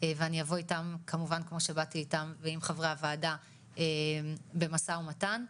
ואני אבוא איתם כמובן כמו שבאתי איתם ועם חברי הוועדה במשא ומתן,